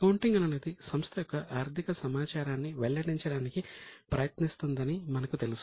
accounting అనునది సంస్థ యొక్క ఆర్థిక సమాచారాన్ని వెల్లడించడానికి ప్రయత్నిస్తుందని మనకు తెలుసు